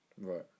Right